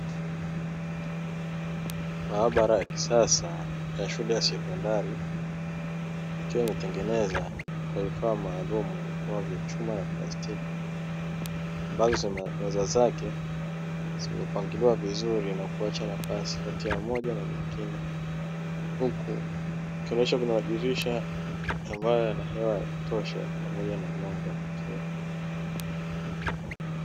Maabara ya kisasa ya shule ya sekondari ikiwa imetengenezwa kwa vifaa maalum kama vya chuma na plastiki, ambazo meza zake zimepangiliwa vizuri na kuacha nafasi kati ya moja na nyingine, huku ikionyesha kuna madirisha ambayo yana hewa ya kutosha pamoja na mwanga.